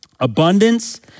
abundance